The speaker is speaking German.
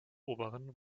oberen